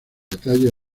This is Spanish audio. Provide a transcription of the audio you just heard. detalles